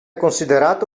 considerato